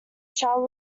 shall